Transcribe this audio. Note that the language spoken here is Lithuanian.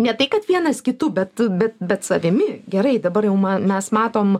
ne tai kad vienas kitu bet bet bet savimi gerai dabar jau man mes matom